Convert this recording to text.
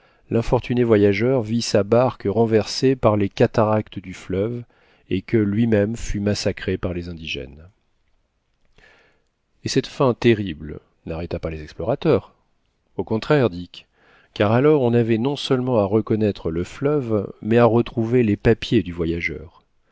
linfortuné voyageur vit sa barque renversée par les cataractes du fleuve et que lui-même fut massacré par les indigènes et cette fin terrible n'arrêta pas les explorateurs au contraire dick car alors on avait non seulement à reconnaître le fleuve mais à retrouver les papier du voyageur